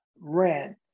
rent